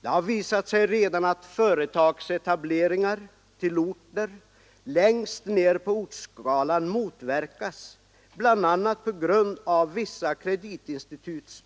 Det har redan visat sig att företagsetableringar till orter längst ner på ortsskalan motverkas bl.a. på grund av vissa kreditinstituts